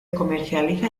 comercializa